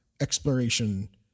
exploration